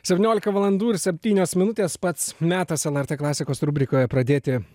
septyniolika valandų ir septynios minutės pats metas lrt klasikos rubrikoje pradėti